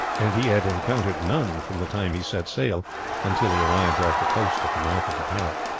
and he had encountered none from the time he set sail until he arrived off the coast at the mouth of the parrot.